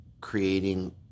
creating